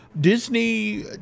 Disney